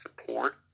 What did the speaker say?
support